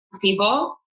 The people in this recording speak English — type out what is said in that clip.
people